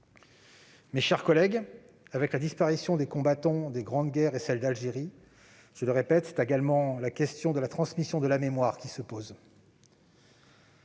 Mes chers collègues, avec la disparition des combattants des grandes guerres et de celle d'Algérie, je le répète, c'est également la question de la transmission de la mémoire qui se pose.